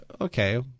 okay